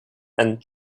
and